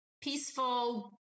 peaceful